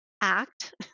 act